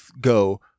go